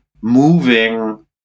moving